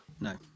No